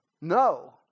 no